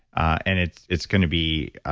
and it's it's going to be,